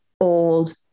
old